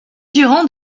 durant